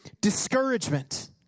discouragement